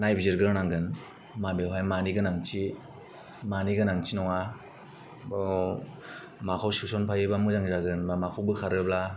नायबिजिरग्रोनांगोन माबेवहाय मानि गोनांथि मानि गोनांथि नङा बाव माखौ सोसनफायोबा मोजां जागोन बा माखौ बोखारोब्ला